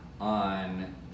on